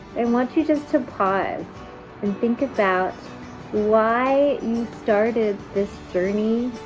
and want you just to pause and think about why you started this journey